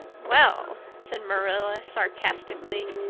well, said marilla sarcastically,